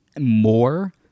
more